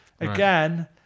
again